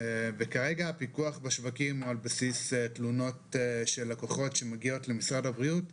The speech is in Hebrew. וכפי שידוע לי משרד הבריאות